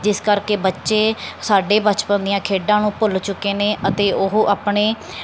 ਜਿਸ ਕਰਕੇ ਬੱਚੇ ਸਾਡੇ ਬਚਪਨ ਦੀਆਂ ਖੇਡਾਂ ਨੂੰ ਭੁੱਲ ਚੁੱਕੇ ਨੇ ਅਤੇ ਉਹ ਆਪਣੇ